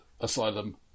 asylum